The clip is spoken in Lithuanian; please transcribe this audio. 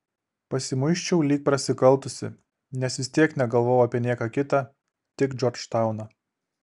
pasimuisčiau lyg prasikaltusi nes vis tiek negalvojau apie nieką kitą tik džordžtauną